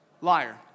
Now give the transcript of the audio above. liar